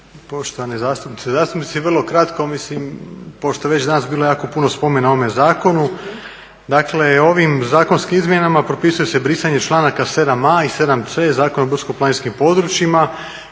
poštovane zastupnice i zastupnici vrlo kratko. Mislim pošto je već danas bilo jako puno spomena o ovome zakonu. Dakle, ovim zakonskim izmjenama propisuje se brisanje članaka 7.a i 7.c Zakona o brdsko-planinskim područjima